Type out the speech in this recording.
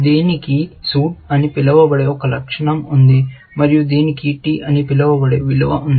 దీనికి సూట్ అని పిలువబడే ఒక లక్షణం ఉంది మరియు దీనికి t అని పిలువబడే విలువ ఉంది